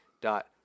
dot